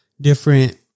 different